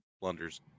blunders